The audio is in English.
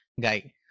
guy